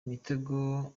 imitego